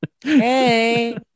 Hey